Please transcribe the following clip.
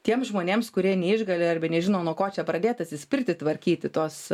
tiem žmonėms kurie neišgali arba nežino nuo ko čia pradėt atsispirti tvarkyti tuos